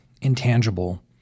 intangible